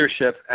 leadership